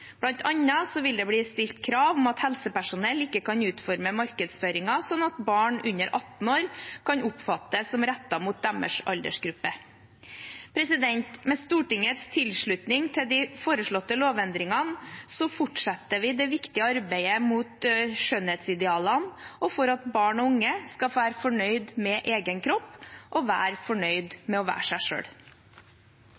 vil det bli stilt krav om at helsepersonell ikke kan utforme markedsføringen slik at barn under 18 år kan oppfatte den som rettet mot deres aldersgruppe. Med Stortingets tilslutning til de foreslåtte lovendringene fortsetter vi det viktige arbeidet mot skjønnhetsidealene og for at barn og unge skal være fornøyd med egen kropp og være fornøyd